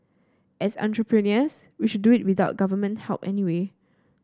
as entrepreneurs we should do it without Government help anyway